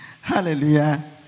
Hallelujah